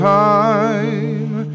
time